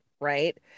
right